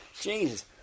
Jesus